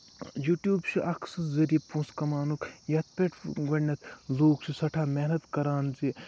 YouTube چھُ اکھ سُہ ذٔریعہٕ پونٛسہٕ کَماونُک یَتھ پٮ۪ٹھ گۄڈٕنیٚھ لُکھ چھِ سٮ۪ٹھاہ محنت کران زِ